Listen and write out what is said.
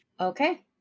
okay